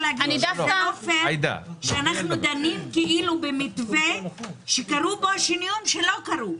לא פייר שאנחנו דנים כאילו במתווה שקרו בו שינויים שלא קרו.